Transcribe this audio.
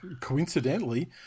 coincidentally